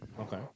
Okay